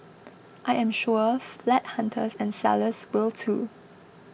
I am sure flat hunters and sellers will too